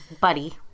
Buddy